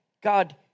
God